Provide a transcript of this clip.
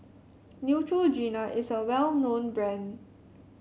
Neutrogena is a well known brand